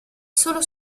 solo